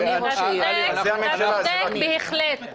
אתה בהחלט צודק.